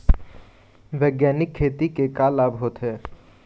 बैग्यानिक खेती के का लाभ होथे?